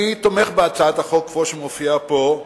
אני תומך בהצעת החוק כפי שהיא מופיעה פה.